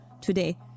today